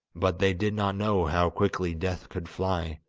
but they did not know how quickly death could fly,